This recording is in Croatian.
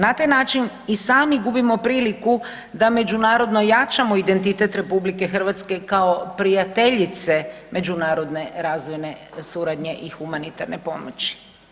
Na taj način i sami gubimo priliku da međunarodno jačamo identitet RH kao prijateljice međunarodne razvojne suradnje i humanitarne pomoći.